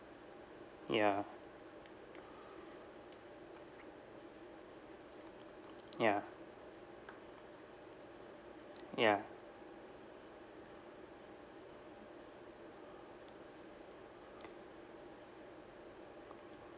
ya ya ya